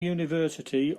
university